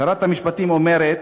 שרת המשפטים אומרת: